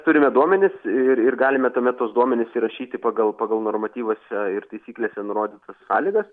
turime duomenis ir ir galime tuomet tuos duomenis įrašyti pagal pagal normatyvuose ir taisyklėse nurodytas sąlygas